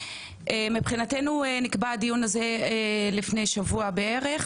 מבחינתנו נקבע הדיון הזה לפני שבוע בערך,